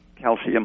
calcium